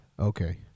Okay